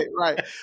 right